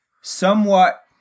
somewhat